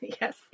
Yes